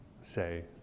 say